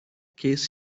case